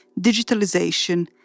digitalization